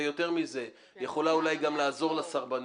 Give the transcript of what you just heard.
ויותר מזה, היא יכולה אולי גם לעזור לסרבנים.